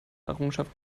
errungenschaft